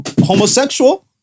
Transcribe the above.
homosexual